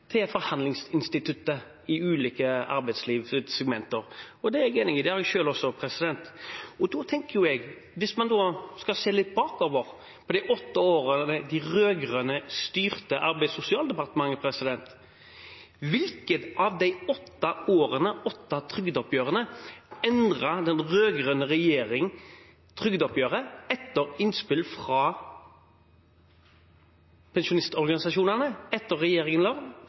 til forhandlingsinstituttet i ulike segmenter av arbeidslivet. Det har jeg selv også. Hvis man da skal se litt bakover, på de åtte årene de rød-grønne styrte Arbeids- og sosialdepartementet, hvilke av de åtte årene endret den rød-grønne regjeringen trygdeoppgjøret etter innspill fra pensjonistorganisasjonene?